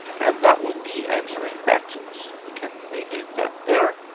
and that would be answering back to us. we can rename that there.